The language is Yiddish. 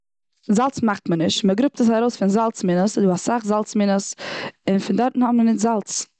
זאלץ מאכט מען נישט. מ'גראבט עס ארויס פון זאלץ מינעס. ס'איז דא אסאך זאלץ מינעס און אזוי האבן אונז זאלץ.